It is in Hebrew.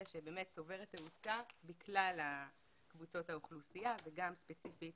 שצוברת תאוצה בכלל קבוצות האוכלוסייה וגם ספציפית